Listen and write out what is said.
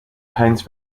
pines